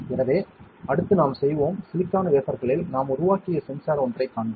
எனவே அடுத்து நாம் செய்வோம் சிலிக்கான் வேஃபர்களில் நாம் உருவாக்கிய சென்சார் ஒன்றைக் காண்போம்